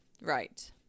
Right